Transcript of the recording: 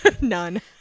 None